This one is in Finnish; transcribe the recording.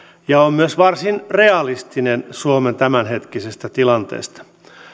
ja on myös varsin realistinen suomen tämänhetkisestä tilanteesta